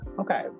Okay